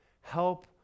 help